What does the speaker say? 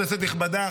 כנסת נכבדה,